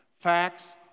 Facts